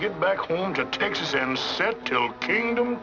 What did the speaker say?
get back home to t